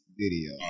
video